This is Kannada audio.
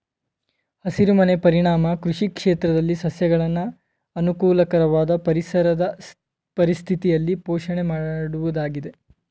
ಹಸಿರುಮನೆ ಪರಿಣಾಮ ಕೃಷಿ ಕ್ಷೇತ್ರದಲ್ಲಿ ಸಸ್ಯಗಳನ್ನು ಅನುಕೂಲವಾದ ಪರಿಸರದ ಪರಿಸ್ಥಿತಿಯಲ್ಲಿ ಪೋಷಣೆ ಮಾಡುವುದಾಗಿದೆ